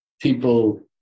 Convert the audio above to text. people